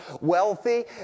wealthy